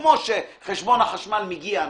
כמו שחשבון החשמל מגיע.